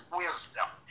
wisdom